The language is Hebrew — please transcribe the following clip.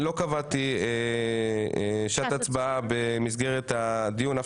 לא קבעתי שעת הצבעה במסגרת הדיון אף